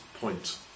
point